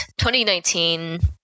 2019